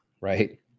right